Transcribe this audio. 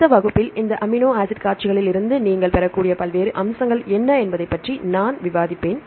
அடுத்த வகுப்பில் இந்த அமினோ ஆசிட் காட்சிகளிலிருந்து நீங்கள் பெறக்கூடிய பல்வேறு அம்சங்கள் என்ன என்பதைப் பற்றி நான் விவாதிப்பேன்